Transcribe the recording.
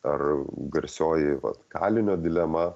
ar garsioji vat kalinio dilema